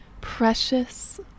precious